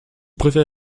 préfet